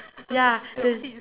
ya the